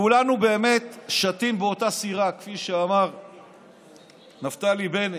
כולנו באמת שטים באותה סירה, כפי שאמר נפתלי בנט,